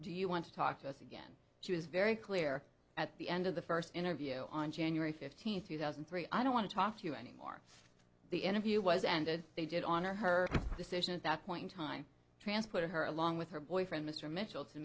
do you want to talk to us again she was very clear at the end of the first interview on january fifteenth two thousand and three i don't want to talk to you anymore the interview was ended they did on her her decision at that point time transported her along with her boyfriend mr mitchell to the